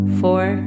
four